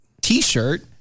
T-shirt